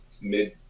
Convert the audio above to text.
mid